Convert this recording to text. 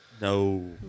No